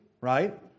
right